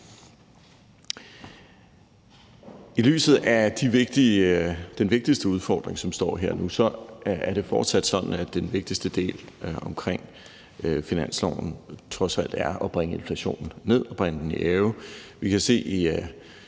I lyset af den vigtigste udfordring, som vi står med her og nu, er det fortsat sådan, at den vigtigste del omkring finansloven trods alt er at bringe inflationen ned, bringe den i ave.